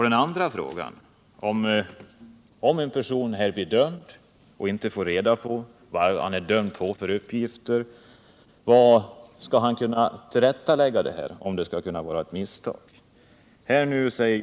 Min andra fråga avsåg hur en person, som blir dömd men som inte får reda på vilka uppgifter som ligger till grund för detta, skall kunna få rättelse om dessa uppgifter är felaktiga.